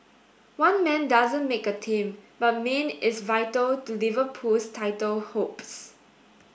one man doesn't make a team but Mane is vital to Liverpool's title hopes